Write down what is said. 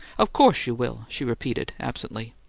of course you will, she repeated, absently.